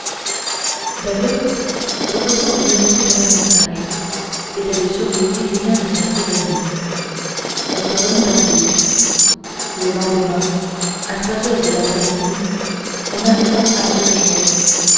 d'ailleurs ce retour lui offrait un avantage c'était de surveiller lui-même son prisonnier on se remit en route le lendemain à trois heures de l'après-midi on arriva à